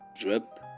drip